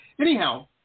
Anyhow